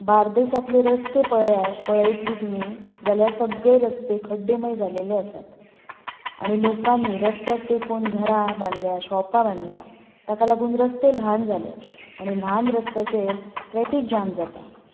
बार्देजांतले रस्ते पळयतलीं तुमी जाल्यार सगळे रस्ते खड्डेमय जालेले आसात आनी लोकांनी रस्त्यांक तेंकून घरां बांदल्यांत शॉपां बांदल्यांत ताका लागून रस्ते ल्हान जाल्यात आनी ल्हान रस्त्यांचेर ट्रॅफीक जॅम जाता